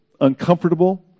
uncomfortable